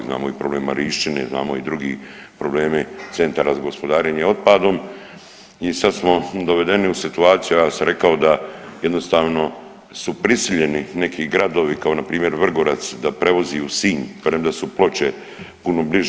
Znamo i problem Marinščine, znamo i druge probleme centara za gospodarenje otpadom i sad smo dovedeni u situaciju, ja sam rekao da jednostavno su prisiljeni neki gradovi kao na primjer Vrgorac da prevozi u Sinj premda su Ploče puno bliže.